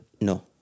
No